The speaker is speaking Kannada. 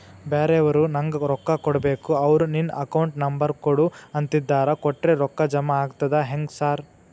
ಬ್ಯಾರೆವರು ನಂಗ್ ರೊಕ್ಕಾ ಕೊಡ್ಬೇಕು ಅವ್ರು ನಿನ್ ಅಕೌಂಟ್ ನಂಬರ್ ಕೊಡು ಅಂತಿದ್ದಾರ ಕೊಟ್ರೆ ರೊಕ್ಕ ಜಮಾ ಆಗ್ತದಾ ಹೆಂಗ್ ಸಾರ್?